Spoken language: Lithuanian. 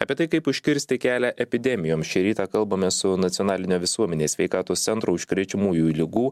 apie tai kaip užkirsti kelią epidemijoms šį rytą kalbame su nacionalinio visuomenės sveikatos centro užkrečiamųjų ligų